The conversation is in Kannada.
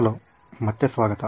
ಹಲೋ ಮತ್ತೆ ಸ್ವಾಗತ